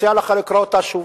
אני מציע לך לקרוא אותה שוב.